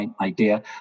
idea